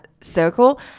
circle